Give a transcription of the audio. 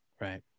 Right